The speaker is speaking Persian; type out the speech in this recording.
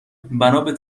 بنابه